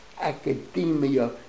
academia